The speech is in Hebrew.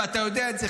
ואתה יודע את זה,